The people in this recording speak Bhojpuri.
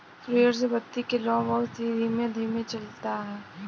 फ्लूइड से बत्ती के लौं बहुत ही धीमे धीमे जलता